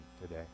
today